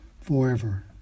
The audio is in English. forever